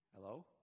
Hello